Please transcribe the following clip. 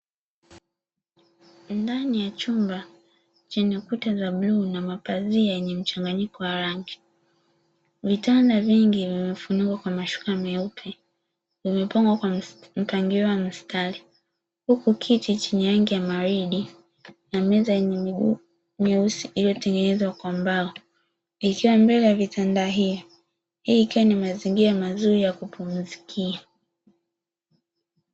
Ndani ya chumba chenye kuti za bluu na mapazia yenye mchanganyiko wa rangi, vitanda vingi vimefunikwa kwa mashuka meupe vimepangwa kwa mpangilio wa mistari huku kiti chenye rangi ya maridi na meza yenye miguu meusi iliyotengenezwa kwa mbao ikiwa mbele ya vitanda hivyo, hii ikiwa ni mazingira mazuri ya kupumzikia.